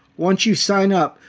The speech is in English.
once you sign up,